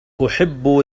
أحب